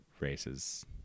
Races